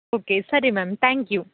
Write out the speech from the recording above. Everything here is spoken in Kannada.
ಓಕೆ ಸರಿ ಮ್ಯಾಮ್ ತ್ಯಾಂಕ್ ಯು